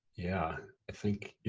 yeah, i think, yeah,